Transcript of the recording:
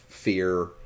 fear